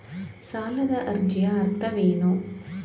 ಸಾಲದ ಅರ್ಜಿಯ ಅರ್ಥವೇನು?